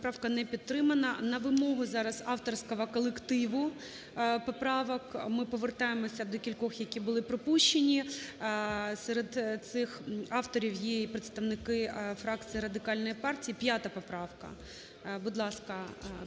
Поправка не підтримана. На вимогу зараз авторського колективу поправок ми повертаємося до кількох, які були пропущені. Серед цих авторів є і представники фракції Радикальної партії. 5 поправка. Будь ласка,